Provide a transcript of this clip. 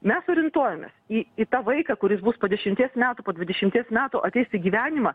mes orientuojamės į į tą vaiką kuris bus po dešimties metų po dvidešimties metų ateis į gyvenimą